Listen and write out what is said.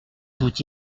tout